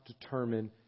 determine